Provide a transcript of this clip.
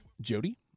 Jody